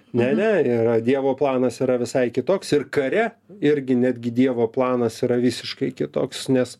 ne ne yra dievo planas yra visai kitoks ir kare irgi netgi dievo planas yra visiškai kitoks nes